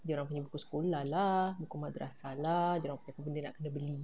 dorangnya buku sekolah lah lah buku madrasah lah apa benda nak kena beli